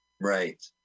Right